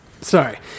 sorry